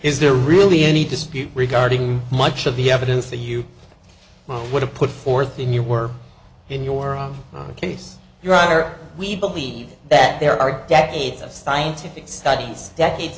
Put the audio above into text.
is there really any dispute regarding much of the evidence that you would have put forth in your work in your case your honor we believe that there are decades of scientific studies decade